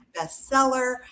bestseller